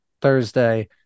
Thursday